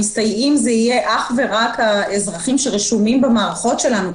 המסתייעים זה יהיה אך ורק האזרחים שרשומים במערכות שלנו,